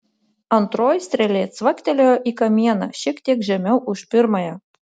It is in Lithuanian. antroji strėlė cvaktelėjo į kamieną šiek tiek žemiau už pirmąją